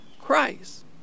Christ